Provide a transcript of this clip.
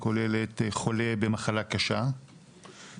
הכוללת חולה במחלה קשה,